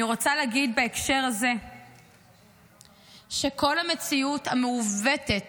אני רוצה להגיד בהקשר הזה שכל המציאות המעוותת